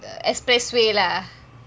the expressway lah